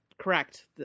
correct